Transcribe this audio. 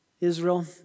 Israel